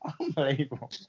Unbelievable